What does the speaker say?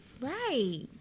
Right